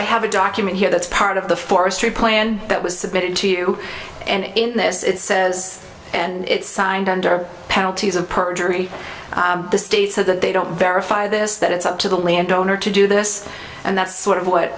i have a document here that's part of the forestry plan that was submitted to you and in this it says and it's signed under penalty of perjury the state said that they don't verify this that it's up to the landowner to do this and that's sort of what